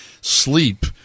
sleep